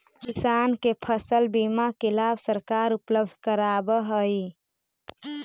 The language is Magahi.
किसान के फसल बीमा के लाभ सरकार उपलब्ध करावऽ हइ